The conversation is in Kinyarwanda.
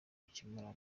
bikemura